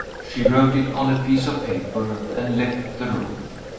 she wrote it on a piece of paper, and left the room.